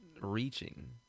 reaching